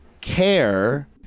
care